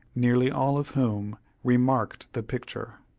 nearly all of whom remarked the picture.